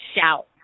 shout